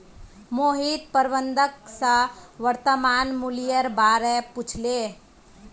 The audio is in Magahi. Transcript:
मोहित प्रबंधक स वर्तमान मूलयेर बा र पूछले